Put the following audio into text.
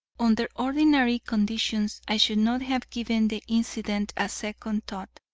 under ordinary conditions i should not have given the incident a second thought,